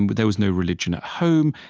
and there was no religion at home.